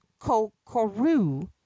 kokoru